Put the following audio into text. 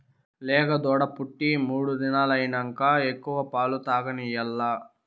లేగదూడ పుట్టి మూడు దినాలైనంక ఎక్కువ పాలు తాగనియాల్ల